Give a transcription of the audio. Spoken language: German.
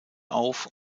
auf